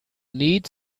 need